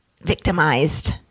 victimized